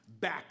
back